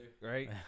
Right